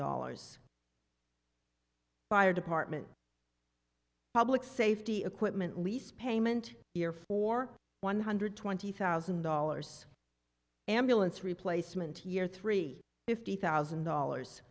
dollars fire department public safety equipment lease payment here for one hundred twenty thousand dollars ambulance replacement year three fifty thousand dollars